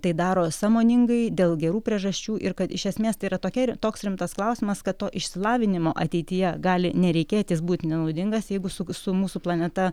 tai daro sąmoningai dėl gerų priežasčių ir kad iš esmės tai yra tokia toks rimtas klausimas kad to išsilavinimo ateityje gali nereikėt būt nenaudingas jeigu su su mūsų planeta